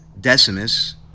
Decimus